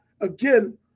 again